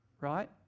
right